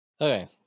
Okay